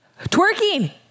Twerking